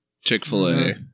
Chick-fil-A